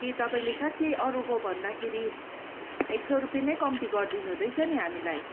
के तपाईँले साँच्ची अरूको भन्दाखेरि एक सय रूपियाँ नै कम्ती गरिदिनु हुँदैछ नि हामीलाई